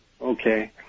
Okay